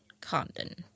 Condon